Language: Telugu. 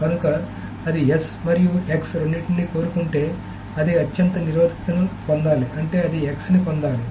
కనుక అది S మరియు X రెండింటినీ కోరుకుంటే అది అత్యంత నిరోధకతను పొందాలి అంటే అది X ని పొందాలి